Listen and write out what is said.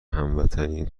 هموطنی